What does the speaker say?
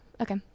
Okay